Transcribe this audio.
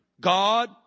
God